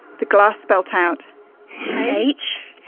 the glass spelt out h,